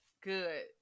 good